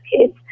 kids